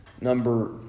number